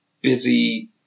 busy